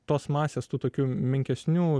tos masės tų tokių menkesnių